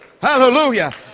Hallelujah